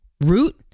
root